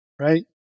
right